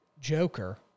Joker